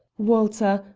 walter,